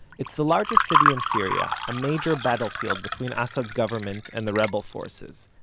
it's the largest city in syria, a major battlefield between assad's government and the rebel forces.